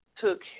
took